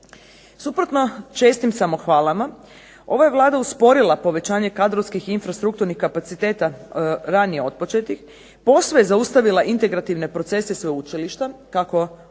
Suprotno čestim samohvalama, ova je Vlada usporila povećanje kadrovskih i infrastrukturnih kapaciteta ranije otpočetih, posve zaustavila integrativne procese sveučilišta, kako unutarnje